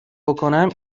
بکنم